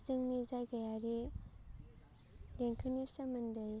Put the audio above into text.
जोंनि जायगायारि देंखोनि सोमोन्दै